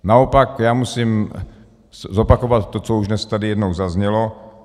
Naopak musím zopakovat to, co už dnes tady jednou zaznělo.